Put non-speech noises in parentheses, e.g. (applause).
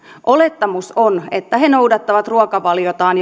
olettamus on että he noudattavat ruokavaliotaan (unintelligible)